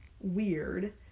Weird